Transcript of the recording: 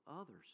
others